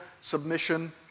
submission